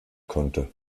konnte